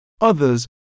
Others